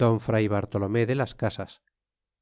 don fr bartolome de las casas